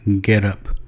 Getup